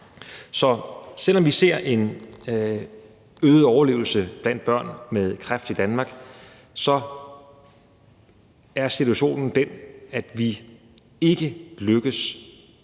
Så selv om vi ser en øget overlevelse blandt børn med kræft i Danmark, er situationen den, at vi ikke lykkes